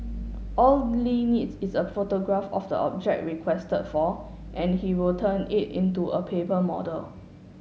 all Li needs is a photograph of the object requested for and he will turn it into a paper model